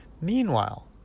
Meanwhile